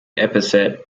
epithet